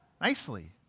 nicely